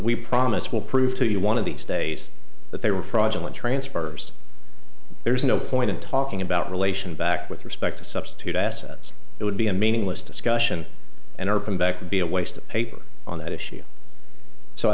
we promise we'll prove to you one of these days that they were fraudulent transfers there's no point in talking about relation back with respect to substitute assets it would be a meaningless discussion and our comeback would be a waste of paper on that issue so i